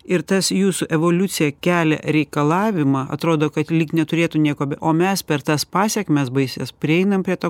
ir tas jūsų evoliucija kelia reikalavimą atrodo kad lyg neturėtų nieko be o mes per tas pasekmes baisias prieinam prie to